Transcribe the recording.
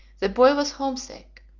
the boy was homesick.